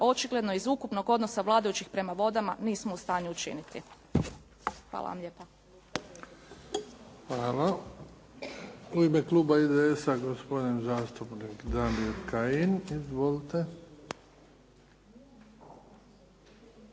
očigledno iz ukupnog odnosa vladajućih prema vodama nismo u stanju učiniti. Hvala vam lijepa. **Bebić, Luka (HDZ)** Hvala. U ime kluba IDS-a, gospodin zastupnik Damir Kajin. Izvolite.